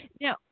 Now